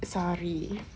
sorry